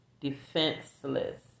defenseless